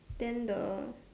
then the